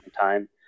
time